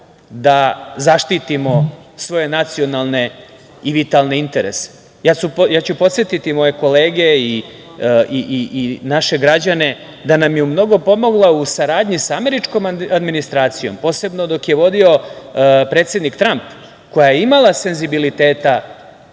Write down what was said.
da zaštitimo svoje nacionalne i vitalne interese. Ja ću podsetiti moje kolege i naše građane da nam je mnogo pomogla u saradnji sa američkom administracijom, posebno dok je vodio predsednik Trampa, koja je imala senzibiliteta